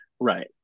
Right